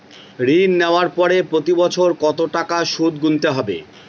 ঋণ নেওয়ার পরে প্রতি বছর কত টাকা সুদ গুনতে হবে?